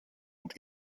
und